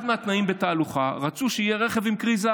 אחד מהתנאים, בתהלוכה רצו שיהיה רכב עם כריזה.